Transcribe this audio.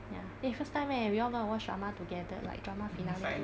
ya eh first time eh we all gonna watch drama together like drama finale